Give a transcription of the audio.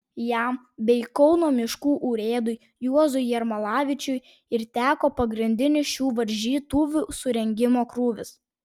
jam bei kauno miškų urėdui juozui jermalavičiui ir teko pagrindinis šių varžytuvių surengimo krūvis